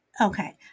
okay